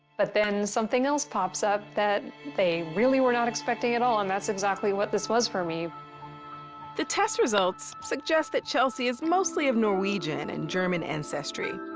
but then something else pops up that they really were not expecting at all, and that's exactly what this was for me. narrator the test results suggest that chelsea is mostly of norwegian and german ancestry.